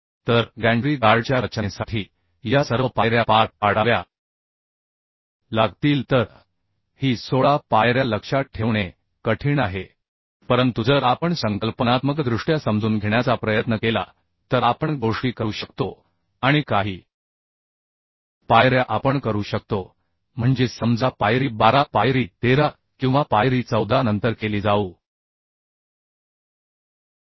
तर गॅन्ट्री गार्डच्या रचनेसाठी या सर्व पायऱ्या पार पाडाव्या लागतील तर ही 16 पायऱ्या लक्षात ठेवणे कठीण आहे परंतु जर आपण संकल्पनात्मकदृष्ट्या समजून घेण्याचा प्रयत्न केला तर आपण गोष्टी करू शकतो आणि काही पायऱ्या आपण करू शकतो म्हणजे समजा पायरी 12 पायरी 13 किंवा पायरी 14 नंतर केली जाऊ शकते